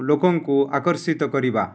ଲୋକଙ୍କୁ ଆକର୍ଷିତ କରିବା